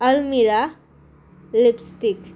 আলমিৰা lipstick